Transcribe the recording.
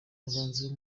abahanzi